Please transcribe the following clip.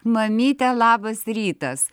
mamyte labas rytas